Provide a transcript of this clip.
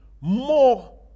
more